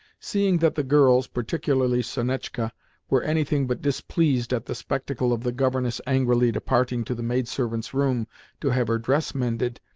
seeing that the girls particularly sonetchka were anything but displeased at the spectacle of the governess angrily departing to the maidservants' room to have her dress mended,